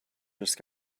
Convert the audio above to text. just